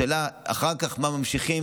השאלה אחר כך עם מה ממשיכים,